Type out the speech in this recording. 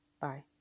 Bye